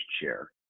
chair